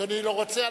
אדוני לא רוצה.